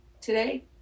today